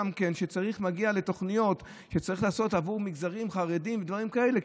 כשצריך לעשות תוכניות בעבור מגזרים חרדיים ודברים כאלה,